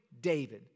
David